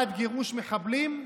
בעד גירוש מחבלים?